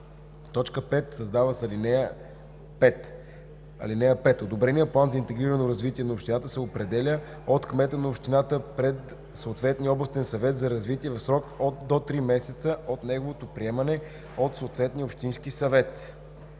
5. Създава се ал. 5: „(5) Одобреният план за интегрирано развитие на община се представя от кмета на общината пред съответния областен съвет за развитие в срок до три месеца от неговото приемане от съответния общински съвет.“